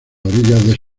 orillas